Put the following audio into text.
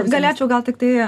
galėčiau gal tiktai